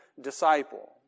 disciple